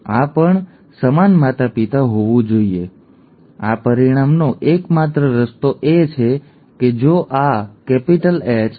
આ પણ hH સમાન માતાપિતા હોવું જોઈએ અને કારણ કે આ hH છે આ પરિણામનો એકમાત્ર રસ્તો એ છે કે જો આ Hh છે